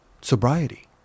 Sobriety